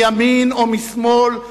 מימין או משמאל,